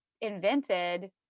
invented